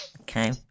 Okay